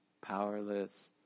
powerless